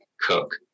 Cook